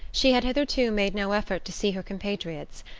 she had hitherto made no effort to see her compatriots,